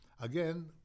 Again